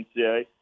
NCA